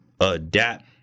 adapt